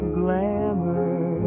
glamour